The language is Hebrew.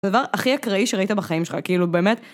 זה הדבר הכי אקראי שראית בחיים שלך, כאילו באמת.